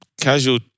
casual